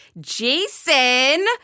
Jason